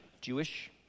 Jewish